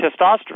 testosterone